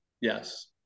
yes